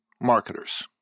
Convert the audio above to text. marketers